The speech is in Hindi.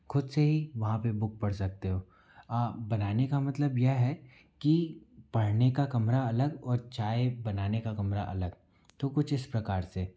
खुद से ही वहाँ पे बुक पढ़ सकते हो बनाने का मतलब यह है कि पढ़ने का कमरा अलग और चाय बनाने का कमरा अलग तो कुछ इस प्रकार से